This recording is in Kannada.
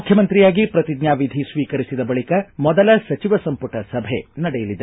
ಮುಖ್ಯಮಂತ್ರಿಯಾಗಿ ಪ್ರತಿಜ್ಞಾ ವಿಧಿ ಸ್ವೀಕರಿಸಿದ ಬಳಿಕ ಮೊದಲ ಸಚಿವ ಸಂಪುಟ ಸಭೆ ನಡೆಯಲಿದೆ